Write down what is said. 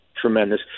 tremendous